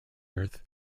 earth